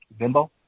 vimbo